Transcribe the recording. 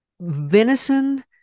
Venison